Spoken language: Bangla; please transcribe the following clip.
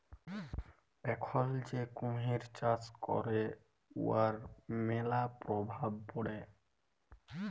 এখল যে কুমহির চাষ ক্যরে উয়ার ম্যালা পরভাব পড়ে